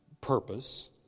purpose